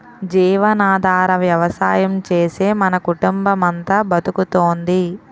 జీవనాధార వ్యవసాయం చేసే మన కుటుంబమంతా బతుకుతోంది